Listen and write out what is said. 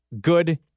good